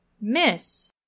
miss